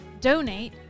donate